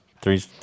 three